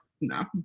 No